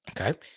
Okay